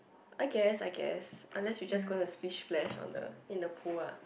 I guess I guess unless you just gonna splish splash on the in the pool ah